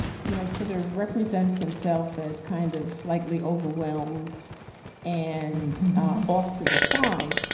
you know, sort of represents himself as kind of slightly overwhelmed and off to the side,